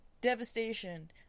devastation